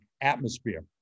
atmosphere